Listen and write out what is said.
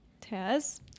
Taz